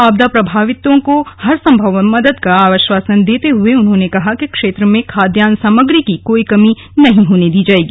आपदा प्रभावितों को हर सम्भव मदद का आश्वासन देते हुए उन्होंने कहा कि क्षेत्र में खद्यान्न सामग्री की कोई कमी नहीं होने दी जायेगी